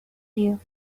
you